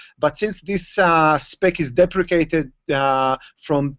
but since this ah spec is deprecated from